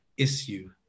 Issue